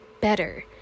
better